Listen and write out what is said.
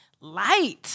light